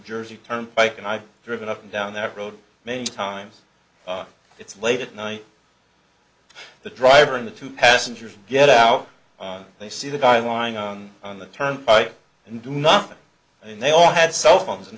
jersey turnpike and i've driven up and down that road many times it's late at night the driver and the two passengers get out and they see the guy lying on the turnpike and do nothing and they all had cell phones in